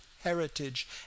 heritage